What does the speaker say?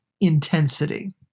intensity